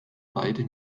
beide